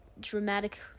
dramatic